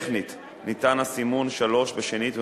שתחילתה ביום 15 באוגוסט 2012. בשל טעות טכנית ניתן הסימון "(3)" בשנית,